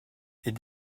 est